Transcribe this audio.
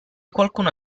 qualcuno